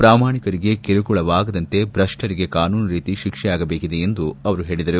ಪ್ರಾಮಾಣಿಕರಿಗೆ ಕಿರುಕುಳವಾಗದಂತೆ ಭ್ರಷ್ಟರಿಗೆ ಕಾನೂನು ರೀತಿ ಶಿಕ್ಷೆಯಾಗಬೇಕಿದೆ ಎಂದು ಅವರು ಹೇಳಿದ್ದಾರೆ